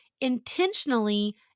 intentionally